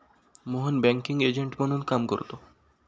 Mohan banking agent म्हणून काम करतो